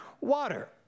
water